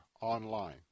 online